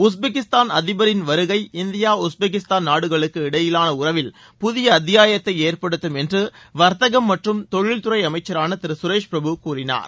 Uzbekistan அதிபரின் வருகை India Uzbekistan நாடுகளுக்கு இடையிலான உறவில் புதிய அத்தியாயத்தை ஏற்படுத்தும் என்று வா்த்தகம் மற்றும் தொழில் துறை அமைச்சரான திரு சுரேஷ் பிரபு கூறினார்